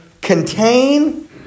contain